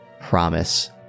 promise